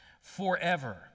forever